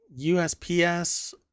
usps